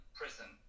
prison